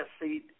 seat